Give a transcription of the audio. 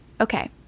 Okay